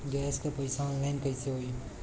Gas क पैसा online कइसे होई?